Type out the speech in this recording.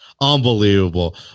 Unbelievable